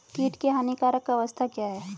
कीट की हानिकारक अवस्था क्या है?